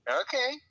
Okay